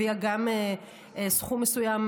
היא הביאה גם סכום מסוים